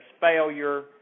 failure